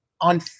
On